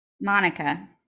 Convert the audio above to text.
monica